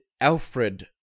Alfred